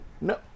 No